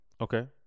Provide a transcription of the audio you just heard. Okay